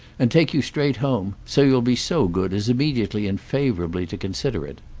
and take you straight home so you'll be so good as immediately and favourably to consider it!